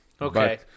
Okay